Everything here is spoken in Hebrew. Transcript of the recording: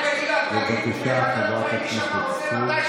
ישנן סיעות שטרם השלימו את איוש החברים בוועדה,